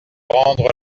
rendre